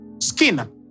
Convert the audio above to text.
skin